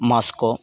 Moscow